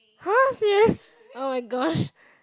!huh! serious oh-my-gosh